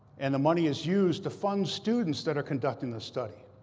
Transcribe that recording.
and the money is used to fund students that are conducting this study.